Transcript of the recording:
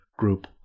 group